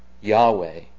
Yahweh